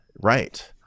right